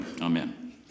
Amen